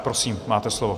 Prosím, máte slovo.